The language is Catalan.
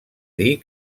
dir